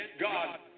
God